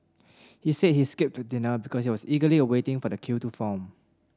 he said he skipped dinner because he was eagerly waiting for the queue to form